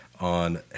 on